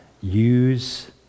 use